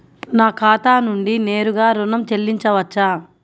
నా ఖాతా నుండి నేరుగా ఋణం చెల్లించవచ్చా?